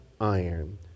iron